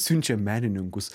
siunčiam menininkus